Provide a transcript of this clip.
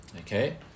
Okay